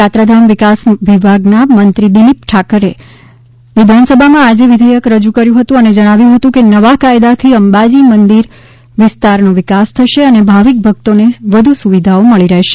યાત્રાધામ વિકાસ વિભાગના મંત્રી દિલીપ ઠાકારે વિધાનસભામાં આજે વિધેયક રજૂ કર્યું હતું અને જણાવ્યુ હતું કે નવા કાયદાથી અંબાજી મંદિર વિસ્તારનો વિકાસ થશે અને ભાવિક ભક્તોને વધુ સુવિધાઓ મળી રહેશે